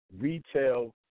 retail